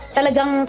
Talagang